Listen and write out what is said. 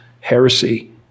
heresy